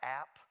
app